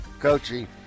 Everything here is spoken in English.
coaching